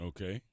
Okay